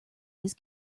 his